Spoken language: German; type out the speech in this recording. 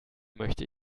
möchte